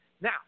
Now